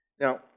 Now